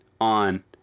on